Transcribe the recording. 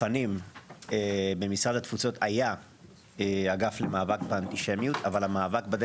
לפנים במשרד התפוצות היה אגף למאבק באנטישמיות אבל המאבק בדה